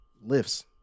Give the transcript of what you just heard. Lifts